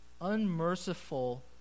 unmerciful